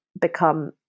become